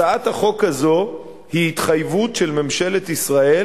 הצעת החוק הזאת היא התחייבות של ממשלת ישראל